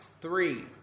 three